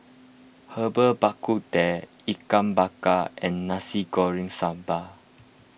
Herbal Bak Ku Teh Ikan Bakar and Nasi Goreng Sambal